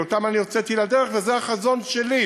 כי אותם הוצאתי לדרך וזה החזון שלי,